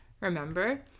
remember